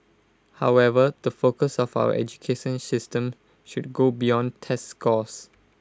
however the focus of our education system should go beyond test scores